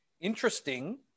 Interesting